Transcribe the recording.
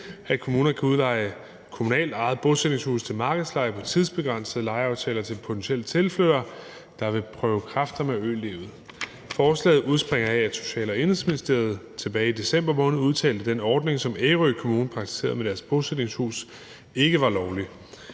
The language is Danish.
at kommuner kan udleje kommunalt ejede bosætningshuse til markedsleje på tidsbegrænsede lejeaftaler til potentielle tilflyttere, der vil prøve kræfter med ølivet. Forslaget udspringer af, at Social- og Indenrigsministeriet tilbage i december måned udtalte, at den ordning, som Ærø Kommune praktiserede med deres bosætningshus, ikke var lovlig.